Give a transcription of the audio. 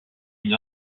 une